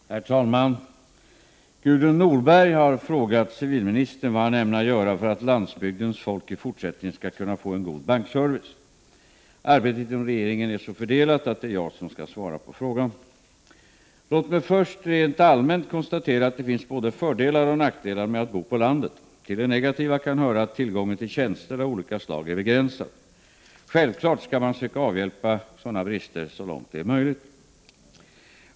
Herr talman! Gudrun Norberg har frågat civilministern vad han ämnar göra för att landsbygdens folk i fortsättningen skall kunna få en god bankservice. Arbetet inom regeringen är så fördelat att det är jag som skall svara på frågan. Låt mig först rent allmänt konstatera att det finns både fördelar och nackdelar med att bo på landet. Till det negativa kan höra att tillgången till tjänster av olika slag är begränsad. Självfallet skall man söka avhjälpa dessa brister så långt det är möjligt.